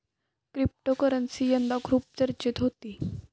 cryptocurrency यंदा खूप चर्चेत होती